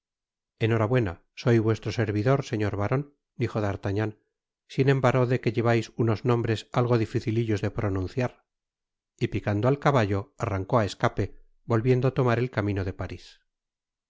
enhorabuena soy vuestro servidor señor baron dijo d'artagnan sin embargo de que llevais unos nombres algo dificilillos de pronunciar y picando al caballo arrancó á escape volviendo á tomar el camino da paris